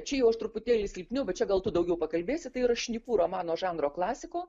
čia jos truputėlį silpniau bet čia gal tu daugiau pakalbėsi tai yra šnipų romano žanro klasiko